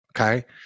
Okay